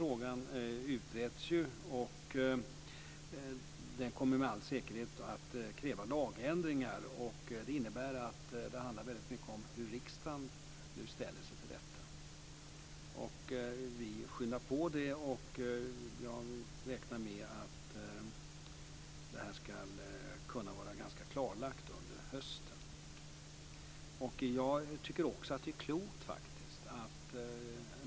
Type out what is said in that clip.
Den utreds, och den kommer med all säkerhet att kräva lagändringar. Det innebär att det mycket handlar om hur riksdagen nu ställer sig till detta. Vi skyndar på, och jag räknar med att det här ska kunna vara klarlagt under hösten.